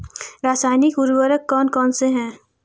रासायनिक उर्वरक कौन कौनसे हैं?